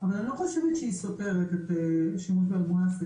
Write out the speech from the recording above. אבל אני לא חושבת שהיא סותרת את השימוש באל מונסק.